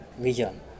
vision